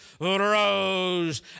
rose